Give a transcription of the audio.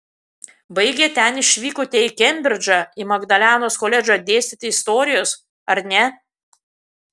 baigę ten išvykote į kembridžą į magdalenos koledžą dėstyti istorijos ar ne